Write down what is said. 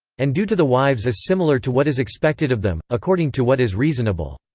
and due to the wives is similar to what is expected of them, according to what is reasonable.